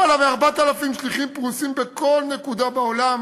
למעלה מ-4,000 שליחים פרוסים בכל נקודה בעולם